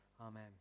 Amen